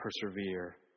persevere